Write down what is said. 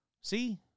See